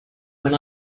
when